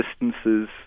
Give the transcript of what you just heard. distances